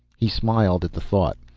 he smiled at the thought.